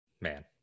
Man